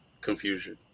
confusion